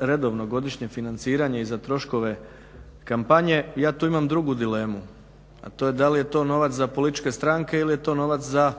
redovno godišnje financiranje i za troškove kampanje, ja tu imam drugu dilemu, a to je da li je to novac za političke stranke ili je to novac i za